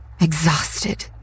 exhausted